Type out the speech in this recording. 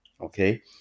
okay